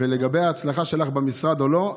לגבי ההצלחה שלך במשרד או לא,